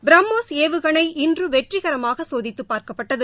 பிரமோஸ் ஏவுகணை இன்று வெற்றிகரமாக சோதித்து பார்க்கப்பட்டது